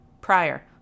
prior